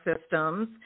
systems